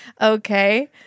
Okay